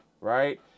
right